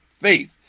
faith